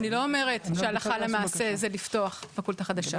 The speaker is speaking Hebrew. אני לא אומרת שהלכה למעשה זה לפתוח פקולטה חדשה,